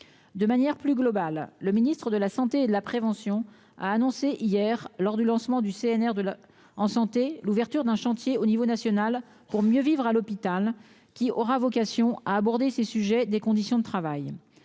de manière plus globale, le Ministre de la Santé et de la prévention, a annoncé hier lors du lancement du CNR de la santé, l'ouverture d'un chantier au niveau national pour mieux vivre à l'hôpital, qui aura vocation à aborder ces sujets, des conditions de travail,